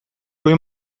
goi